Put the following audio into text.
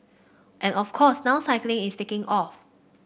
and of course now cycling is taking off